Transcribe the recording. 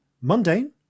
mundane